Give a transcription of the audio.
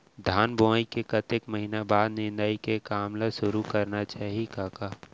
धान बोवई के कतेक महिना बाद निंदाई के काम ल सुरू करना चाही कका?